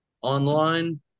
online